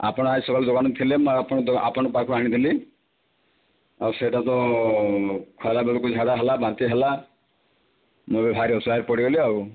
ଆପଣ ଆଜି ସକାଳୁ ଦୋକାନରେ ଥିଲେ ମୁଁ ଆପଣ ଆପଣ ପାଖରୁ ଆଣିଥିଲି ଆଉ ସେଇଟା ତ ଖରାବେଳକୁ ଝାଡ଼ା ହେଲା ବାନ୍ତି ହେଲା ମୁଁ ବି ଭାରି ଅସହାୟ ପଡ଼ିଗଲି ଆଉ